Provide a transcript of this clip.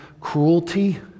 cruelty